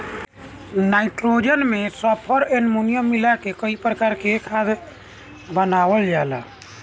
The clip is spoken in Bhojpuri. नाइट्रोजन में सल्फर, अमोनियम मिला के कई प्रकार से खाद बनावल जाला